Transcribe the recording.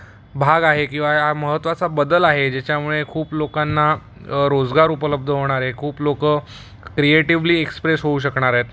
भाग आहे किंवा या महत्त्वाचा बदल आहे ज्याच्यामुळे खूप लोकांना रोजगार उपलब्ध होणारे खूप लोक क्रिएटिव्हली एक्सप्रेस होऊ शकणार आहेत